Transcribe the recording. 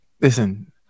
Listen